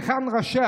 היכן ראשי